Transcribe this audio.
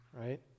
right